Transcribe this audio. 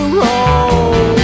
roll